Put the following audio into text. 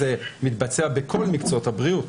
זה מתבצע בכל מקצועות הבריאות,